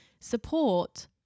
support